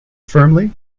firmly